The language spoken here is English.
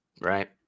right